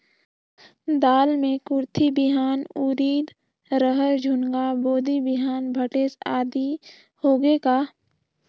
दाल मे कुरथी बिहान, उरीद, रहर, झुनगा, बोदी बिहान भटेस आदि होगे का?